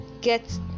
Get